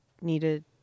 needed